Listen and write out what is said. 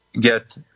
get